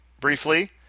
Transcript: briefly